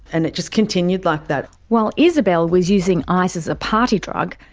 and it just continued like that. while isabelle was using ice as a party drug,